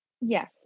Yes